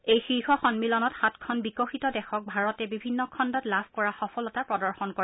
এই শীৰ্ষ সন্মিলনত সাতখন বিকশিত দেশক ভাৰতে বিভিন্ন খণ্ডত লাভ কৰা সফলতা প্ৰদৰ্শন কৰে